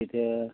এতিয়া